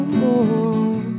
more